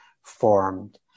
formed